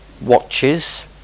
watches